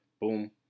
Boom